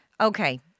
Okay